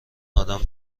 آدم